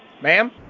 ma'am